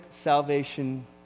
salvation